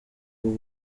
ubu